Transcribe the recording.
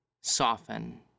soften